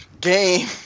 game